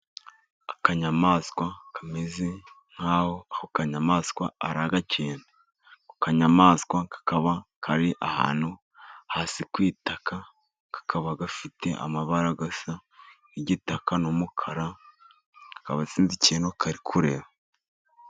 Akanyamaswa kameze nk'aho ako kanyamaswa ari agakende. Ako kanyamaswa kakaba kari ahantu hasi kwitaka kakaba gafite amabara asa nk'igitaka n'umukara kaba sinzi ikintu kari kureba.